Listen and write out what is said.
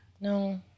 No